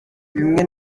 bimwe